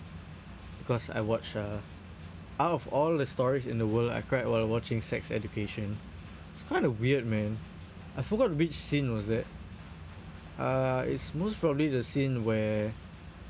because I watched uh out of all the stories in the world I cried while watching sex education it's kind of weird man I forgot which scene was that uh it's most probably the scene where